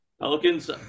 Pelicans